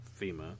FEMA